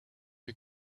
you